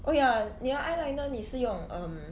oh ya 你的 eyeliner 你是用 um